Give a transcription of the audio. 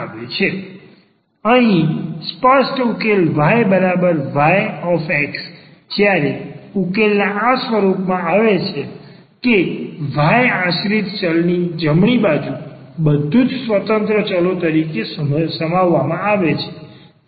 તેથી અહીં સ્પષ્ટ ઉકેલ y y જ્યારે ઉકેલના આ સ્વરૂપમાં આપવામાં આવે છે કે y આશ્રિત ચલની જમણી બાજુ બધું જ સ્વતંત્ર ચલો તરીકે સમાવવામાં આવે છે